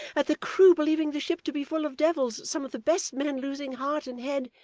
that the crew believing the ship to be full of devils, some of the best men, losing heart and head,